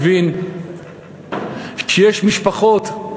מבין שיש משפחות,